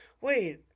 wait